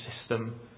system